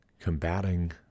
combating